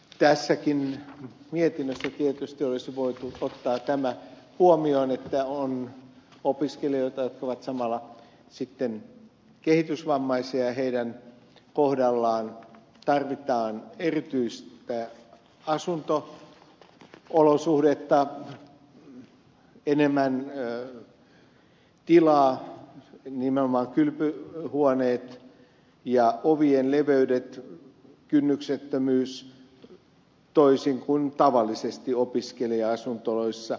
tässäkin mietinnössä tietysti olisi voitu ottaa tämä huomioon että on opiskelijoita jotka ovat samalla sitten kehitysvammaisia ja heidän kohdallaan tarvitaan erityisiä asunto olosuhteita enemmän tilaa nimenomaan kylpyhuoneiden ja ovien leveyksien osalta kynnyksettömyyttä toisin kuin tavallisesti opiskelija asuntoloissa